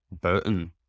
Burton